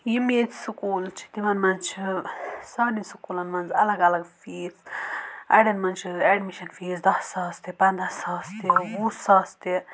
یِم ییٚتہِ سکوٗل چھِ تِمَن مَنٛز چھِ سارنٕے سکوٗلَن منٛز الگ الگ فیٖس اَڑؠن منٛز چھُ ایڈمِشَن فیٖس دَہ ساس تہِ پَنٛداہ ساس تہِ وُہ ساس تہِ